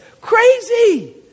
Crazy